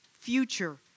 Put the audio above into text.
future